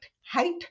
height